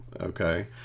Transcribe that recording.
okay